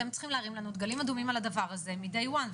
אתם צריכים להרים לנו דגלים אדומים על הדבר הזה מהיום הראשון.